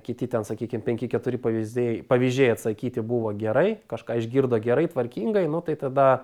kiti ten sakykim penki keturi pavyzei pavyzdžiai atsakyti buvo gerai kažką išgirdo gerai tvarkingai nu tai tada